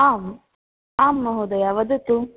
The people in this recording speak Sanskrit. आम् आम् महोदय वदतु